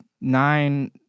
nine